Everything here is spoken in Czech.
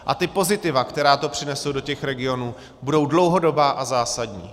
A ta pozitiva, která to přinese do těch regionů, budou dlouhodobá a zásadní.